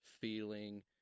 feeling